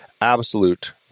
absolute